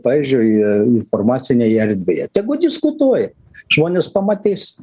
pavyzdžiui informacinėje erdvėje tegu diskutuoja žmonės pamatys